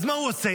אז מה הוא עושה?